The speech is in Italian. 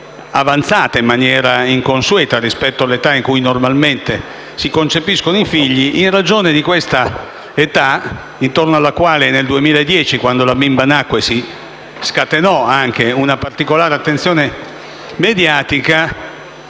avanzata in maniera inconsueta rispetto a quella in cui normalmente si concepiscono i figli e a causa della quale, nel 2010, quando la bimba nacque, si scatenò anche una particolare attenzione mediatica